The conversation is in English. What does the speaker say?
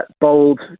bold